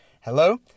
Hello